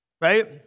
right